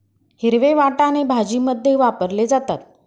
हिरवे वाटाणे भाजीमध्ये वापरले जातात